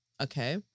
Okay